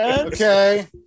Okay